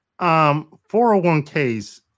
401ks